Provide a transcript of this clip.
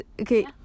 Okay